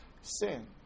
sin